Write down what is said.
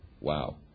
Wow